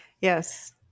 Yes